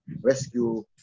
rescue